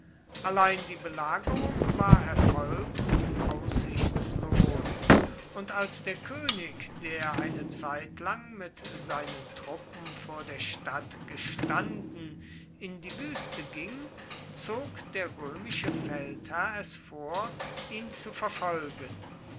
allein die belagerung war erfolg und aussichtslos und als der könig der eine zeitlang mit seinen truppen vor der stadt gestanden in die wüste ging zog der römische feldherr es vor ihn zu verfolgen